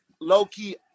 low-key